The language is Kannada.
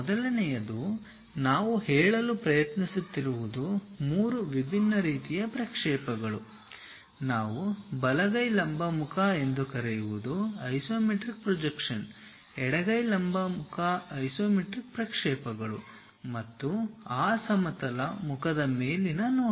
ಮೊದಲನೆಯದು ನಾವು ಹೇಳಲು ಪ್ರಯತ್ನಿಸುತ್ತಿರುವುದು ಮೂರು ವಿಭಿನ್ನ ರೀತಿಯ ಪ್ರಕ್ಷೇಪಗಳು ನಾವು ಬಲಗೈ ಲಂಬ ಮುಖ ಎಂದು ಕರೆಯುವುದು ಐಸೊಮೆಟ್ರಿಕ್ ಪ್ರೊಜೆಕ್ಷನ್ ಎಡಗೈ ಲಂಬ ಮುಖ ಐಸೊಮೆಟ್ರಿಕ್ ಪ್ರಕ್ಷೇಪಗಳು ಮತ್ತು ಆ ಸಮತಲ ಮುಖದ ಮೇಲಿನ ನೋಟ